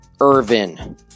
Irvin